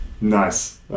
Nice